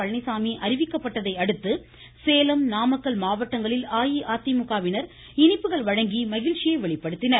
பழனிச்சாமி அறிவிக்கப்பட்டதை அடுத்து சேலம் நாமக்கல் மாவட்டங்களில் அஇஅதிமுகவினர் இனிப்புகள் வழங்கி மகிழ்ச்சியை வெளிப்படுத்தினர்